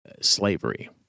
slavery